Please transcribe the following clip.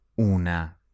una